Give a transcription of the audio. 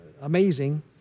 amazing